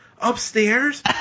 Upstairs